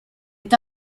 est